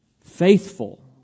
faithful